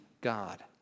God